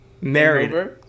Married